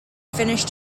finished